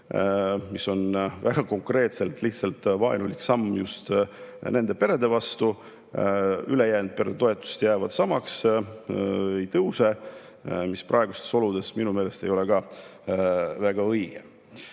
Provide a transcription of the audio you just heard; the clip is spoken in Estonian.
mis on väga konkreetselt lihtsalt vaenulik samm nende perede suhtes. Ülejäänud peretoetused jäävad samaks, ei tõuse, mis praegustes oludes minu meelest ei ole ka väga õige.